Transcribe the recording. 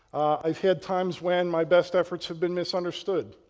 i've had times when my best efforts have been misunderstood.